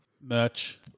merch